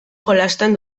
jolasten